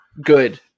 good